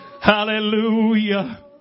Hallelujah